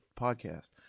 podcast